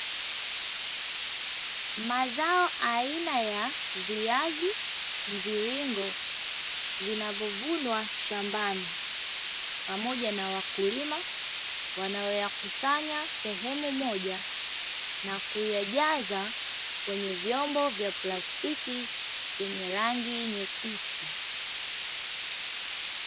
Mazao aina ya viazi mviringo vinavyovunwa shambani pamoja na wakulima wanayo yakusanya sehemu moja, na kuyajaza kwenye vyombo vya plastiki vyenye rangi nyeusi.